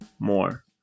more